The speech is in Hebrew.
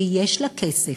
שיש לה כסף,